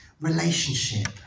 relationship